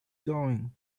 going